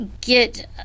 get